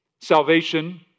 Salvation